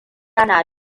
yana